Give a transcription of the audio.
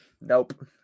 Nope